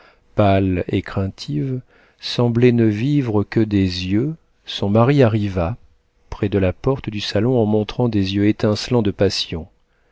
pâle et craintive semblait ne vivre que des yeux son mari arriva près de la porte du salon en montrant des yeux étincelants de passion